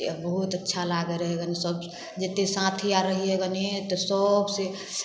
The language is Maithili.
जे बहुत अच्छा लागै रहै गन सब जतेक साथी आर रहिए गने तऽ सब से